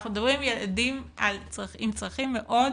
אנחנו מדברים על ילדים עם צרכים מאוד